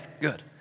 Good